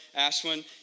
Ashwin